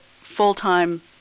full-time